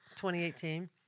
2018